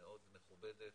מאוד מכובדת,